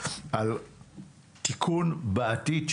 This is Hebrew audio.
אז אולי נבקש מהמבקר לתקן את הדוח ופשוט למחוק את עמידר,